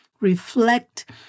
reflect